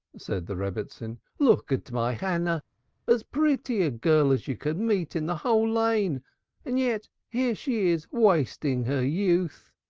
said the rebbitzin. look at my hannah as pretty a girl as you could meet in the whole lane and yet here she is wasting her youth.